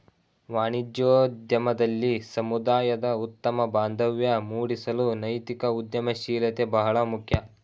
ವಾಣಿಜ್ಯೋದ್ಯಮದಲ್ಲಿ ಸಮುದಾಯದ ಉತ್ತಮ ಬಾಂಧವ್ಯ ಮೂಡಿಸಲು ನೈತಿಕ ಉದ್ಯಮಶೀಲತೆ ಬಹಳ ಮುಖ್ಯ